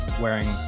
wearing